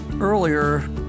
earlier